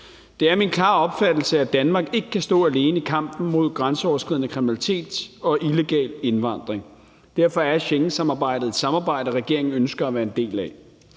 Det er min klare opfattelse, at Danmark ikke kan stå alene i kampen mod grænseoverskridende kriminalitet og illegal indvandring. Derfor er Schengensamarbejdet et samarbejde, regeringen ønsker at være en del af.